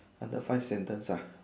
under five sentence ah